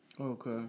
Okay